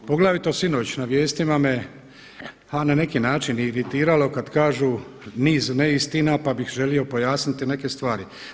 Poglavito sinoć na vijestima me na neki način iritiralo kada kažu niz neistina pa bih želio pojasniti neke stvari.